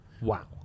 wow